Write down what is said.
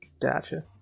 Gotcha